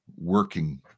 working